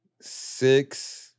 Six